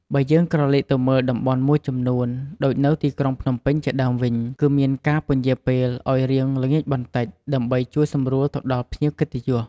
បើយើងក្រឡេកទៅមើលតំបន់មួយចំនួន ដូចនៅទីក្រុងភ្នំពេញជាដើមវិញ គឺមានការពន្យារពេលឲ្យរៀងល្ងាចបន្តិច ដើម្បីជួយសម្រួលទៅដល់ភ្ញៀវកិត្តិយស។